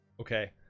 Okay